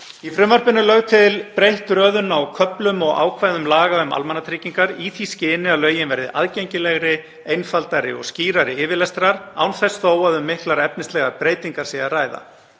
Í frumvarpinu er lögð til breytt röðun á köflum og ákvæðum laga um al-mannatryggingar í því skyni að lögin verði aðgengilegri, einfaldari og skýrari yfirlestrar án þess þó að um miklar efnislegar breytingar sé að ræða.